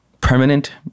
permanent